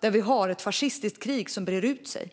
där ett fascistiskt krig breder ut sig.